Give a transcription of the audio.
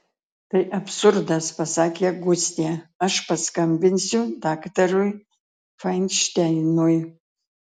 tai absurdas pasakė gustė aš paskambinsiu daktarui fainšteinui